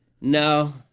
No